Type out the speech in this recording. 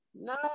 No